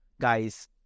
guys